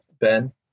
Ben